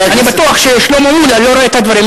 אני בטוח ששלמה מולה לא רואה את הדברים.